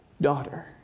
Daughter